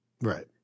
Right